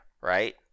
right